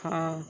हाँ